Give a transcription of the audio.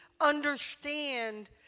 understand